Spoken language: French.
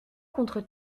contre